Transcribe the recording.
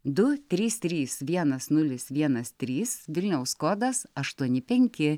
du trys trys vienas nulis vienas trys vilniaus kodas aštuoni penki